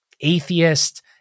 atheist